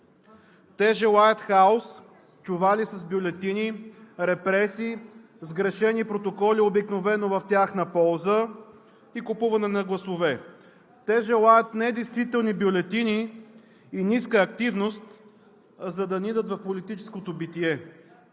Те желаят хаос, чували с бюлетини, репресии, сгрешени протоколи – обикновено в тяхна полза, и купуване на гласове. Те желаят недействителни бюлетини и ниска активност, за да не отидат в политическото битие.